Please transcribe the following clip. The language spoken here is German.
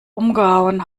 umgehauen